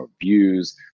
views